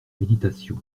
méditation